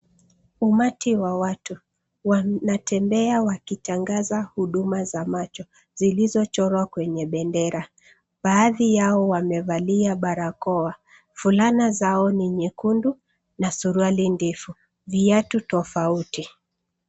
Umati wa watu wanatembea wakitangaza huduma za macho zilizochorwa kwenye bendera. Baadhi yao wamevaa barakoa. Fulana zao ni nyekundu na suruali ndefu, viatu tofauti.